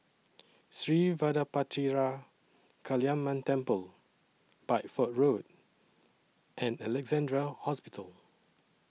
Sri Vadapathira Kaliamman Temple Bideford Road and Alexandra Hospital